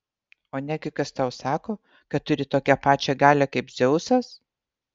o negi kas tau sako kad turi tokią pačią galią kaip dzeusas